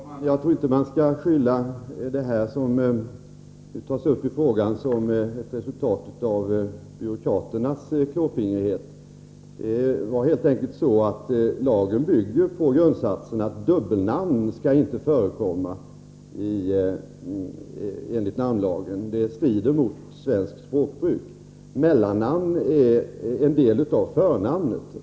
Herr talman! Jag tror inte att man skall utpeka det som tas upp ii frågan som ett resultat av byråkratisk klåfingrighet. Det är helt enkelt så att lagen bygger på grundsatsen att dubbelnamn inte skall förekomma — det strider mot svenskt språkbruk. Mellannamn är inte en del av efternamnet.